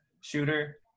shooter